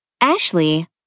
Ashley